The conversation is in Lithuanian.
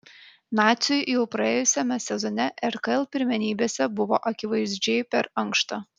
naciui jau praėjusiame sezone rkl pirmenybėse buvo akivaizdžiai per ankšta